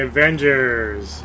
Avengers